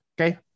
Okay